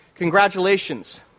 Congratulations